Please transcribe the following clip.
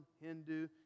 Hindu